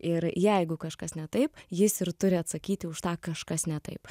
ir jeigu kažkas ne taip jis ir turi atsakyti už tą kažkas ne taip